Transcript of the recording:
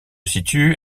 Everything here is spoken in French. situe